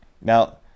Now